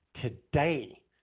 today